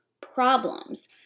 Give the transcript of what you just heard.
problems